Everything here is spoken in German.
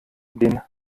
den